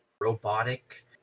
robotic